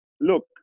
look